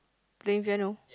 play piano